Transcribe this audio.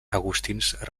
agustins